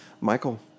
Michael